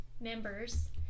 members